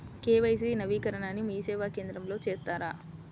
KYC నవీకరణని మీసేవా కేంద్రం లో చేస్తారా?